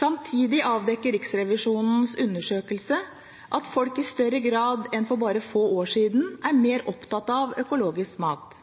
Samtidig avdekker Riksrevisjonens undersøkelse at folk i større grad enn for bare for få år siden er opptatt av økologisk mat.